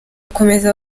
bakomeza